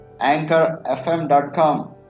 anchorfm.com